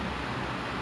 yes